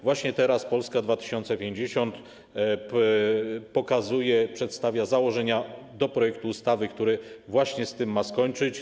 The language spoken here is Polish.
Właśnie teraz Polska 2050 przedstawia założenia do projektu ustawy, który właśnie ma z tym skończyć.